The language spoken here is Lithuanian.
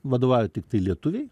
vadovauja tiktai lietuviai